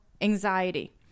anxiety